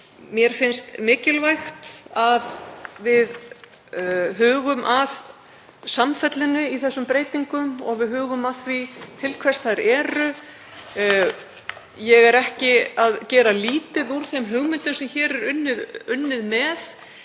mér finnst mikilvægt að við hugum að samfellunni í þessum breytingum og að við hugum að því til hvers þær eru. Ég er ekki að gera lítið úr þeim hugmyndum sem hér er unnið með